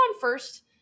first